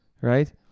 Right